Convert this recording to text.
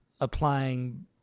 applying